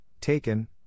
taken